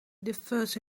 differs